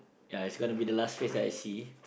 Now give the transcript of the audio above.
ya it's gonna be the last face I see